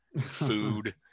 food